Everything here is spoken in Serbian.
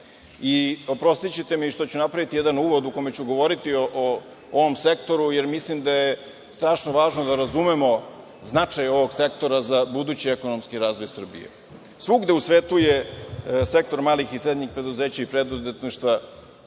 Oprostićete mi što ću napraviti jedan uvod u kome ću govoriti o ovom sektoru, jer mislim da je strašno važno da razumemo značaj ovog sektora za budući ekonomski razvoj Srbije. Svugde u svetu je sektor malih i srednjih preduzeća i preduzetništva